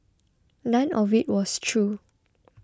none of it was true